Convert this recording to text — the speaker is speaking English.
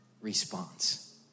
response